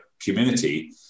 community